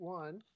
one